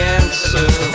answer